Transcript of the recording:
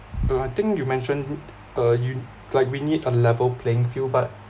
uh I think you mention uh you like we need a level playing field but